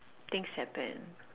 think second